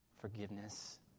forgiveness